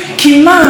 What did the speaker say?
כי מה,